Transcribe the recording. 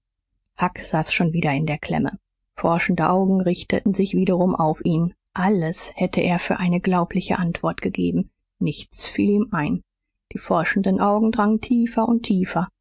huck saß schon wieder in der klemme forschende augen richteten sich wiederum auf ihn alles hätte er für eine glaubliche antwort gegeben nichts fiel ihm ein die forschenden augen drangen tiefer und tiefer